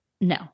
No